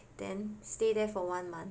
then stay there for one month